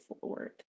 forward